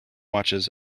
watches